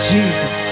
Jesus